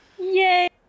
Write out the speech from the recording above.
Yay